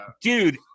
dude